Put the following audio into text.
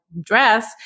dress